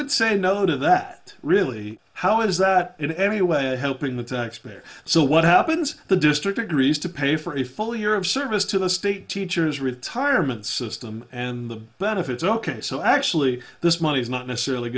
would say no to that really how is that in any way helping the taxpayer so what happens the district agrees to pay for a full year of service to the state teachers retirement system and the benefits ok so actually this money is not necessarily